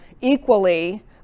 equally